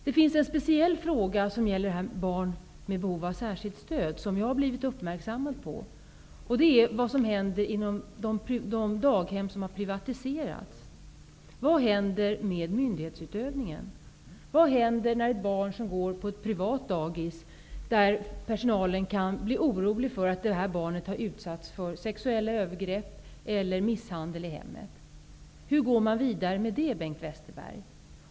Det finns en speciell fråga som jag har blivit uppmärksammad på och som gäller barn med behov av särskilt stöd och vad som händer på de daghem som har privatiserats. Vad händer med myndighetsutövningen? Vad händer när ett barn som går på ett privat dagis, där personalen blir orolig för att ett barn har blivit utsatt för sexuella övergrepp eller misshandel i hemmet? Hur går man vidare med det, Bengt Westerberg?